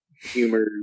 humor